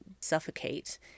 suffocate